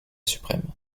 suprême